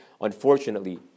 Unfortunately